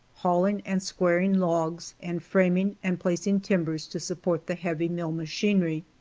hauling and squaring logs, and framing and placing timbers to support the heavy mill machinery.